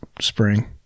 spring